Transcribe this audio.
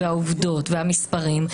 העובדות והמספרים,